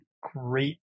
great